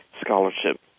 scholarship